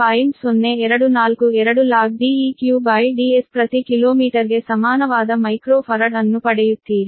0242 log DeqDs ಪ್ರತಿ ಕಿಲೋಮೀಟರ್ಗೆ ಸಮಾನವಾದ ಮೈಕ್ರೋ ಫರಡ್ ಅನ್ನು ಪಡೆಯುತ್ತೀರಿ